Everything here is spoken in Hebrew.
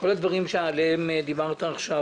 כל הדברים שעליהם דיברת עכשיו,